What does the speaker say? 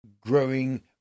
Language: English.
growing